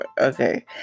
okay